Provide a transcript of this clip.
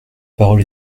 parole